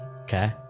Okay